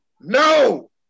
No